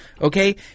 Okay